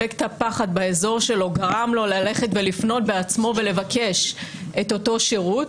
אפקט הפחד באזור שלו גרם לו ללכת ולפנות בעצמו ולבקש את אותו שירות,